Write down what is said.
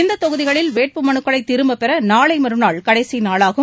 இத்தொகுதிகளில் வேட்புமனுக்களை திரும்பப்பெற நாளை மறுநாள் கடைசி நாளாகும்